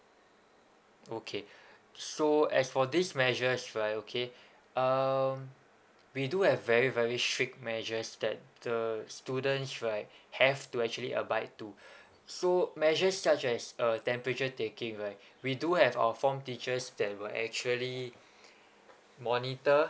okay so as for this measures right okay um we do have very very strict measures that the students right have to actually abide to so measures such as uh temperature taking right we do have our form teachers that will actually monitor